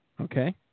Okay